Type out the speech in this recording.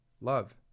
love